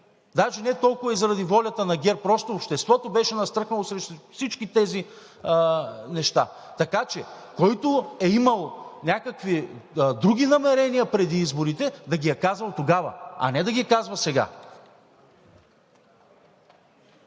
Даже не толкова и заради волята на ГЕРБ, просто обществото беше настръхнало срещу всички тези неща. Така че, който е имал някакви други намерения преди изборите, да ги е казал тогава, а не да ги казва сега.